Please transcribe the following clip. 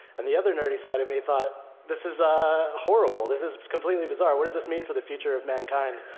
and the other nerdy side of me thought, this is ah horrible. this is completely bizarre. what does this mean for the future of mankind,